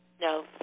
No